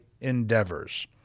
endeavors